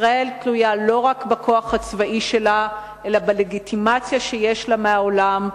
ישראל תלויה לא רק בכוח הצבאי שלה אלא בלגיטימציה שיש לה מהעולם,